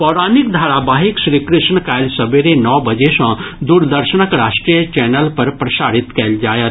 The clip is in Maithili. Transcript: पौराणिक धारावाहिक श्रीकृष्णा काल्हि सबेरे नओ बजे सँ दूरदर्शनक राष्ट्रीय चैनल पर प्रसारित कयल जायत